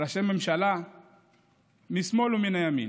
ראשי ממשלה מן השמאל ומן הימין.